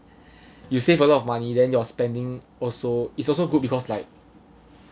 you save a lot of money then your spending also it's also good because like